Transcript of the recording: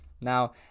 Now